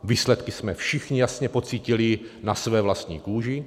Výsledky jsme všichni jasně pocítili na své vlastní kůži.